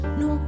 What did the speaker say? no